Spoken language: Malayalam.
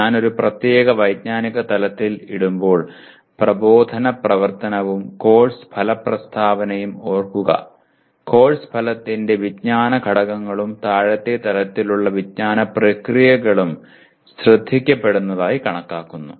ഞാൻ ഒരു പ്രത്യേക വൈജ്ഞാനിക തലത്തിൽ ഇടുമ്പോൾ പ്രബോധന പ്രവർത്തനവും കോഴ്സ് ഫല പ്രസ്താവനയും ഓർക്കുക കോഴ്സ് ഫലത്തിന്റെ വിജ്ഞാന ഘടകങ്ങളും താഴത്തെ തലത്തിലുള്ള വിജ്ഞാന പ്രക്രിയകളും ശ്രദ്ധിക്കപ്പെടുന്നതായി കണക്കാക്കുന്നു